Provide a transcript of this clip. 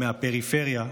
מהפריפריה,